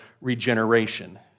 regeneration